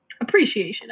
Appreciation